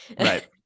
Right